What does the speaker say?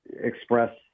Express